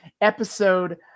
episode